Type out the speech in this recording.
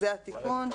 זה התיקון.